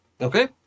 Okay